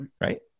right